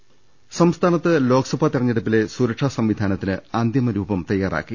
ദർവ്വെട്ടറ സംസ്ഥാനത്തെ ലോക്സഭാ തെരഞ്ഞെടുപ്പിലെ സുരക്ഷാ സംവിധാന ത്തിന് അന്തിമ രൂപം തയ്യാറാക്കി